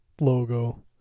logo